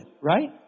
Right